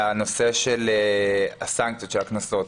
על הנושא של הסנקציות, של הקנסות.